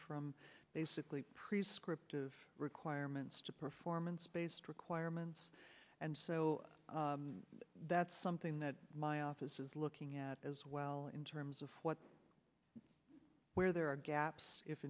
from basically priests crypt of requirements to performance based requirements and so that's something that my office is looking at as well in terms of what where there are gaps if